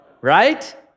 Right